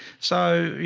so, you